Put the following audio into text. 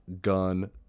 Gun